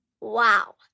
Wow